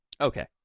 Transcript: Okay